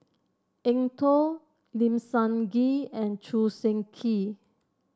Eng Tow Lim Sun Gee and Choo Seng Quee